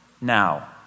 Now